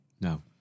No